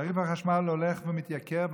תעריף החשמל הולך ומתייקר,